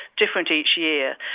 different each year.